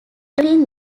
during